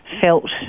felt